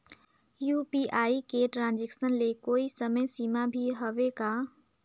UPI के transaction ले कोई समय सीमा भी हवे का?